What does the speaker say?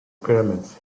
pyramids